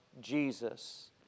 Jesus